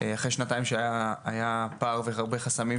אחרי שנתיים שהיה פער והרבה חסמים.